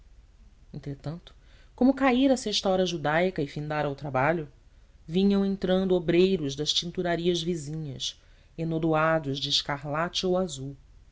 entretanto como caíra a sexta hora judaica e findara o trabalho vinham entrando obreiros das tinturarias vizinhas enodoados de escarlate ou azul